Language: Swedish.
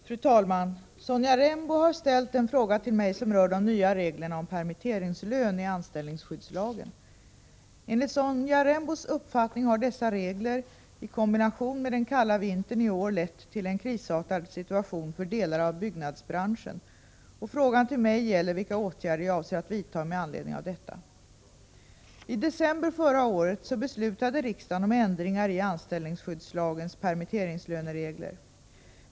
Fru talman! Sonja Rembo har ställt en fråga till mig som rör de nya reglerna om permitteringslön i anställningsskyddslagen. Enligt Sonja Rembos uppfattning har dessa regler i kombination med den kalla vintern i år lett till en krisartad situation för delar av byggnadsbranschen, och frågan till mig gäller vilka åtgärder jag avser att vidta med anledning av detta. I december förra året beslutade riksdagen om ändringar i anställningsskyddslagens permitteringslöneregler.